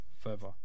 further